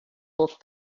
book